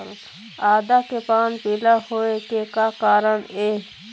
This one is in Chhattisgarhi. आदा के पान पिला होय के का कारण ये?